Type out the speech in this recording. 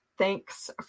Thanks